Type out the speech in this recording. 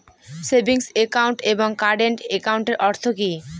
Savings account এবং current একাউন্টের অর্থ কি?